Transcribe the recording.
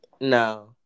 No